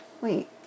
Wait